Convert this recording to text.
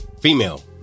female